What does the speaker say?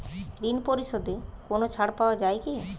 ঋণ পরিশধে কোনো ছাড় পাওয়া যায় কি?